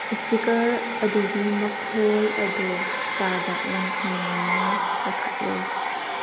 speaker ꯑꯗꯨꯒꯤ ꯃꯈꯣꯜ ꯑꯗꯣ ꯆꯥꯗ ꯉꯥꯡꯈꯩꯃꯉꯥ ꯂꯩꯈꯠꯂꯨ